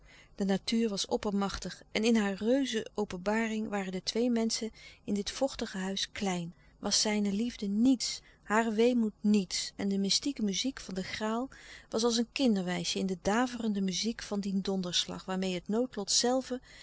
de natuur was oppermachtig en in haar reuze openbaring waren de twee menschen in dit vochtige huis klein was zijne liefde niets hare weemoed niets en de mystieke muziek van de graal was als een kinderwijsje in den daverenden mystiek van dien donderslag waarmeê het noodlot zelve